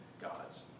God's